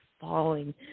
falling